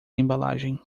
embalagem